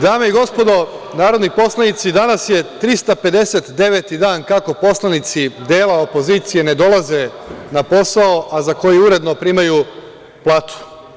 Dame i gospodo narodni poslanici, danas je 359 dan kako poslanici dela opozicije ne dolaze na posao, a za koji uredno primaju platu.